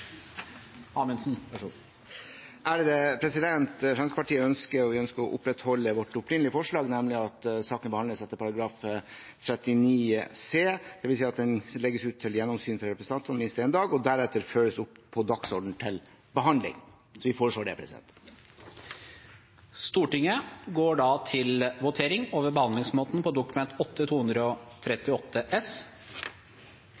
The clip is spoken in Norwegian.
Amundsen har bedt om ordet. Fremskrittspartiet ønsker å opprettholde vårt opprinnelige forslag, nemlig at saken behandles etter forretningsordenen § 39 andre ledd bokstav c, dvs. at den legges ut til gjennomsyn for representantene i minst én dag og deretter føres opp på dagsordenen til behandling. Det voteres dermed over behandlingsmåten. Det blir votert alternativt mellom presidentens forslag om komitébehandling og